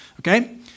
okay